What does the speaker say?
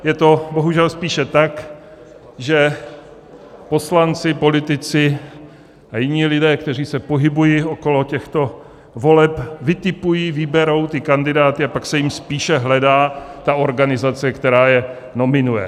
Je to bohužel spíše tak, že poslanci, politici a jiní lidé, kteří se pohybují okolo těchto voleb, vytipují, vyberou kandidáty a pak se jim spíše hledá ta organizace, která je nominuje.